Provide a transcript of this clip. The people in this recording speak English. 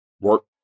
Work